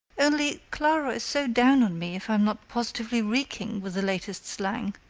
only, clara is so down on me if i am not positively reeking with the latest slang.